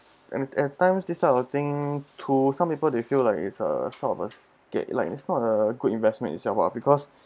and at times this kind of thing to some people they feel like it's a sort of a gag like it's not a good investment itself ah because